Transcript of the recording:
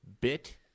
Bit